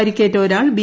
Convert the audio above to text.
പരിക്കേറ്റ ഒരാൾ ബി